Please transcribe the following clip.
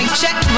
check